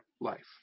life